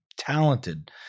talented